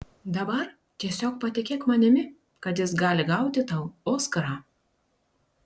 dabar tiesiog patikėk manimi kad jis gali gauti tau oskarą